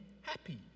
happy